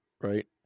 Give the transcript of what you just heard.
right